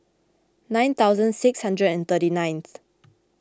nine thousand six hundred and thirty ninth